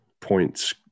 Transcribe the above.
points